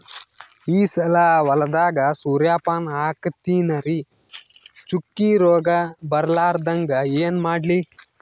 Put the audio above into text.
ಈ ಸಲ ಹೊಲದಾಗ ಸೂರ್ಯಪಾನ ಹಾಕತಿನರಿ, ಚುಕ್ಕಿ ರೋಗ ಬರಲಾರದಂಗ ಏನ ಮಾಡ್ಲಿ?